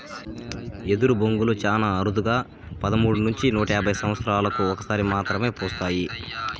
ఎదరు బొంగులు చానా అరుదుగా పెతి మూడు నుంచి నూట యాభై సమత్సరాలకు ఒక సారి మాత్రమే పూస్తాయి